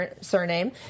surname